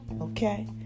okay